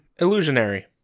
Illusionary